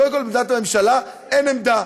קודם כול, עמדת הממשלה, אין עמדה.